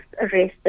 arrested